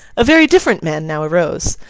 a very different man now arose.